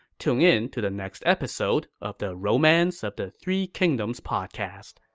tune in to the next episode of the romance of the three kingdoms podcast.